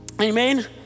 Amen